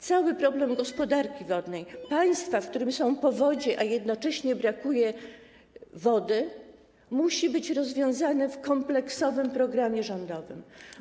Cały problem gospodarki wodnej państwa, w którym są powodzie, a jednocześnie brakuje wody, musi być rozwiązany w kompleksowym programie rządowym.